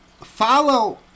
Follow